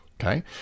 Okay